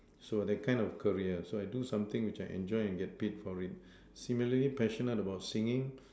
so that kind of career so I do something which I enjoy and I get paid for it similarly passionate about singing